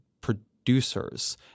producers